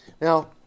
Now